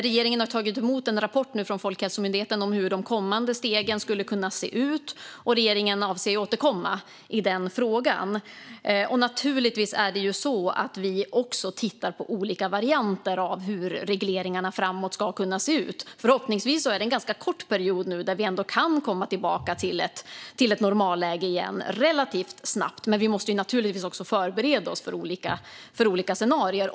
Regeringen har tagit emot en rapport från Folkhälsomyndigheten om hur de kommande stegen skulle kunna se ut, och regeringen avser att återkomma i denna fråga. Naturligtvis är det så att vi tittar på olika varianter av hur regleringarna framöver ska kunna se ut. Förhoppningsvis är det nu en period då vi kan komma tillbaka till ett normalläge relativt snabbt, men vi måste naturligtvis förbereda oss för olika scenarier.